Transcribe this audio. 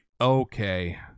okay